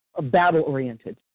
battle-oriented